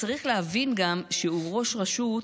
צריך להבין גם שהוא ראש רשות